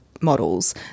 models